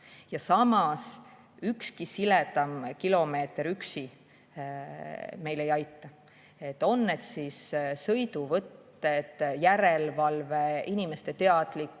Samas, üks siledam kilomeeter üksi meid ei aita. On need siis sõiduvõtted, järelevalve, inimeste teadlikkus,